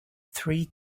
three